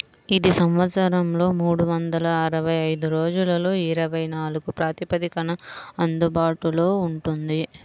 ఇది సంవత్సరంలో మూడు వందల అరవై ఐదు రోజులలో ఇరవై నాలుగు ప్రాతిపదికన అందుబాటులో ఉంటుంది